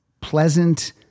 pleasant